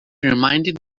reminded